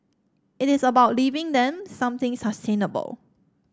it is about leaving them something sustainable